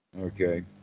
Okay